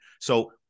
So-